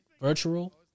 virtual